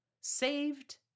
saved